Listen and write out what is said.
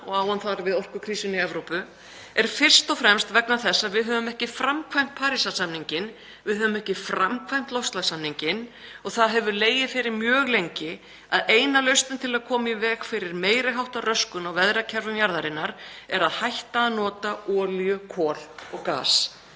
og á hann þar við orkukrísuna í Evrópu — „er fyrst og fremst vegna þess að við höfum ekki framkvæmt Parísarsamninginn og höfum ekki framkvæmt loftslagssamninginn. Það hefur legið fyrir mjög lengi að eina lausnin til að koma í veg fyrir meiri háttar röskun á veðrakerfum jarðarinnar er að hætta að nota olíu, kol og gas.“